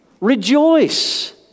Rejoice